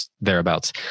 thereabouts